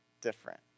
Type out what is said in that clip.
different